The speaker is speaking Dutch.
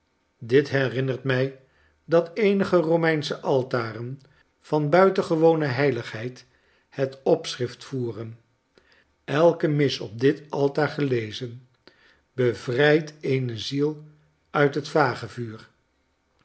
dit herinnert mij dat eenige romeinsche altaren van buitengewone heiligheid het opschrift voeren elke mis op dit altaar gelezen bevrijdt eene ziel uit het vagevuur